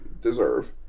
deserve